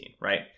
right